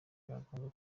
bagomba